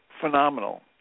phenomenal